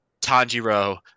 Tanjiro